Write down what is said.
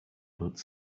but